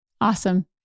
Awesome